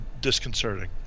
disconcerting